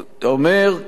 אומר כך,